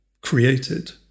created